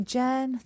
Jen